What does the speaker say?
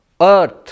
Earth